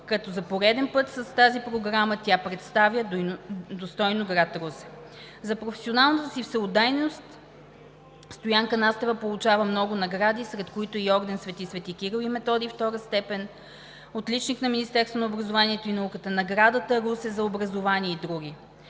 като за пореден път с тази програма тя представя достойно град Русе. За професионалната си всеотдайност Стоянка Настева получава много награди, сред които орден „Св. св. Кирил и Методий“ – втора степен; „Отличник на Министерството на образованието и науката“; наградата „Русе“ – за образование, и други.